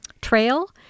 trail